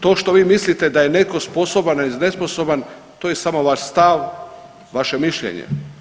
To što vi mislite da je netko sposoban i nesposoban, to je samo vaš stav, vaše mišljenje.